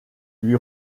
lui